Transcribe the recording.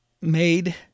made